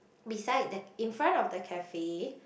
beside the in front of the cafe